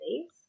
space